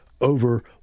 over